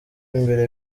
imbere